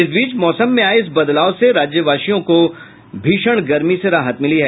इस बीच मौसम में आये इस बदलाव से राज्यवासियों को भीषण गर्मी से राहत मिली है